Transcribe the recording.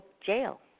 jail